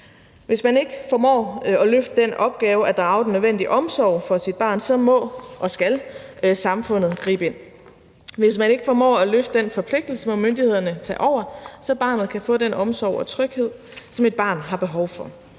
Hvis man ikke formår at løfte den opgave at drage den nødvendige omsorg for sit barn, så må og skal samfundet gribe ind. Hvis man ikke formår at løfte den forpligtelse, må myndighederne tager over, så barnet kan få den omsorg og tryghed, som et barn har behov for.